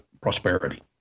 prosperity